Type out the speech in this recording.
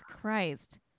Christ